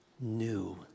new